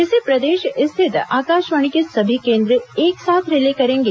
इसे प्रदेश स्थित आकाशवाणी के सभी केंद्र एक साथ रिले करेंगे